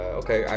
okay